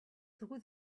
through